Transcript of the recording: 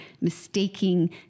mistaking